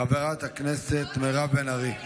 חברת הכנסת מירב בן ארי.